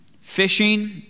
Fishing